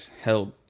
held